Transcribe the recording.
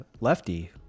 lefty